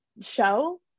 show